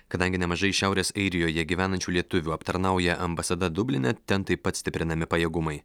kadangi nemažai šiaurės airijoje gyvenančių lietuvių aptarnauja ambasada dubline ten taip pat stiprinami pajėgumai